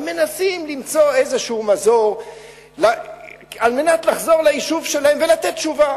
הם מנסים למצוא איזה מזור על מנת לחזור ליישוב שלהם ולתת תשובה.